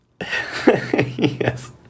yes